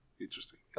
interesting